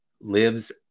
lives